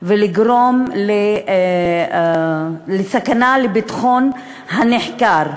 ולגרום סכנה לביטחון הנחקר,